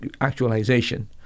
actualization